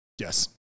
Yes